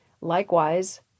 Likewise